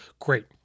Great